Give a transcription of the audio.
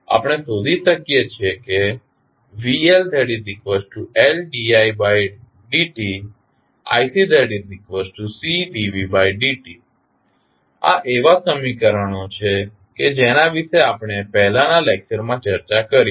આપણે શોધી શકીએ છે vLLdidt iCCdvdt આ એવા સમીકરણો છે કે જેના વિશે આપણે પહેલાના લેક્ચરમાં ચર્ચા કરી છે